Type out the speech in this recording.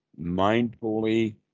mindfully